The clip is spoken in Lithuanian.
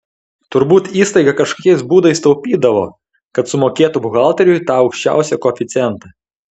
turbūt įstaiga kažkokiais būdais taupydavo kad sumokėtų buhalteriui tą aukščiausią koeficientą